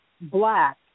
black